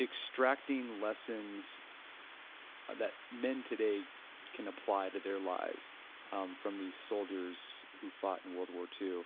extracting lessons that men today can apply to their life um from these soldiers who fought in world war ii.